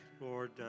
Lord